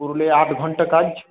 পুরুলিয়ায় আট ঘণ্টা কাজ